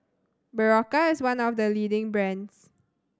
Berocca is one of the leading brands